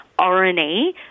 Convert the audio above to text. RNA